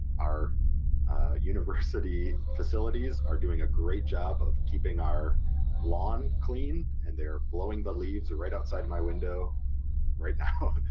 our university facilities are doing a great job of keeping our lawn clean and they're blowing the leaves right outside my window right now,